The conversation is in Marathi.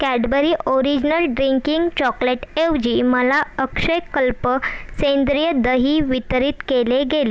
कॅडबरी ओरिजिनल ड्रिंकिंग चॉकलेटऐवजी मला अक्षयकल्प सेंद्रिय दही वितरित केले गेले